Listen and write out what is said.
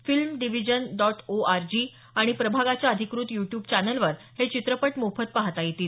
films Division dot O R G आणि प्रभागाच्या अधिकृत युट्युब चॅनलवर हे चित्रपट मोफत पाहता येतील